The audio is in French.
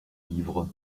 livres